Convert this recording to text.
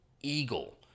Eagle